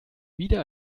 wieder